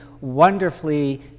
wonderfully